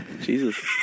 Jesus